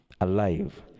alive